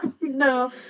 no